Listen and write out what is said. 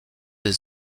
des